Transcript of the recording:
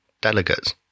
delegates